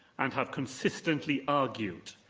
and have consistently argued,